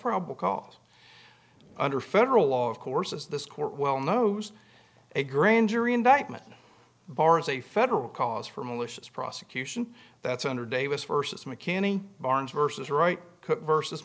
probable cause under federal law of course as this court well knows a grand jury indictment bars a federal cause for malicious prosecution that's under davis versus mckinney barnes versus right versus